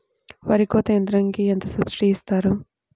వరి కోత యంత్రంకి ఎంత సబ్సిడీ ఇస్తారు?